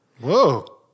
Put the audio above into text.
Whoa